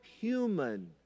human